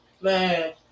man